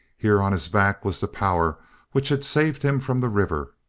here on his back was the power which had saved him from the river.